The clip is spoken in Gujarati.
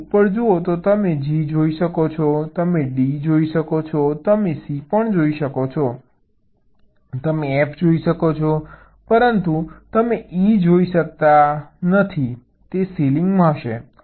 તમે ઉપર જુઓ તમે G જોઈ શકો છો તમે D જોઈ શકો છો તમે C જોઈ શકો છો તમે F જોઈ શકો છો પરંતુ તમે E જોઈ શકતા નથી તે સીલિંગમાં હશે